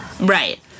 Right